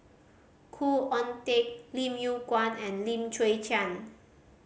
Khoo Oon Teik Lim Yew Kuan and Lim Chwee Chian